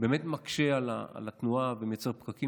זה באמת מקשה על התנועה ומייצר פקקים,